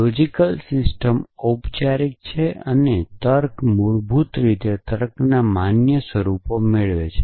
logical system ઑપચારિક છે અને તર્ક મૂળભૂત રીતે તર્કના માન્ય સ્વરૂપો મેળવે છે